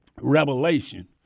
Revelation